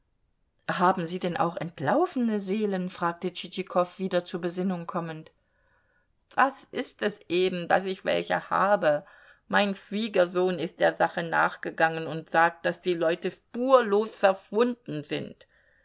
haben sie denn auch entlaufene seelen fragte tschitschikow wieder zur besinnung kommend das ist es eben daß ich welche habe mein schwiegersohn ist der sache nachgegangen und sagt daß die leute spurlos verschwunden sind